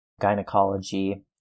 gynecology